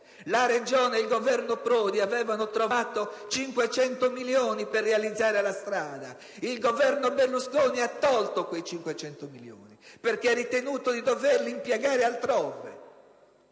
La Regione e il Governo Prodi avevano trovato 500 milioni per realizzare la strada; il Governo Berlusconi ha tolto quei 500 milioni, perché ha ritenuto di doverli impiegare altrove.